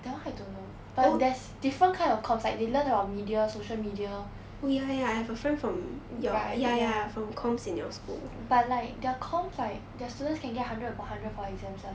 that one I don't know but there's different kind of comms like they learn about media social media right ya but like their comms like their students can get hundred a point hundred for exams [one]